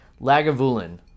Lagavulin